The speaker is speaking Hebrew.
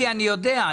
אני יודע.